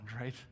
right